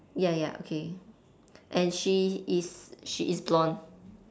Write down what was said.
ya ya okay and she is she is blonde